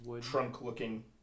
trunk-looking